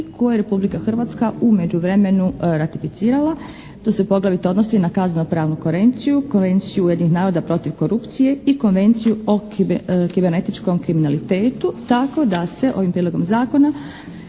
koje je Republika Hrvatska u međuvremenu ratificirala. To se poglavito odnosno na kazneno-pravnu konvenciju, Konvenciju Ujedinjenih naroda protiv korupcije i Konvenciju o kibernetičkom kriminalitetu, tako da se ovim prijedlogom zakonom